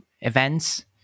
events